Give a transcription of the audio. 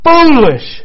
Foolish